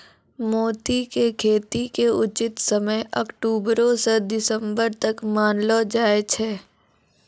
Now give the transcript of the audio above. मोती के खेती के उचित समय अक्टुबरो स दिसम्बर तक मानलो जाय छै